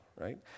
right